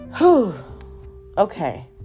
Okay